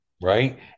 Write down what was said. right